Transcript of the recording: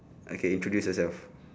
okay introduce yourself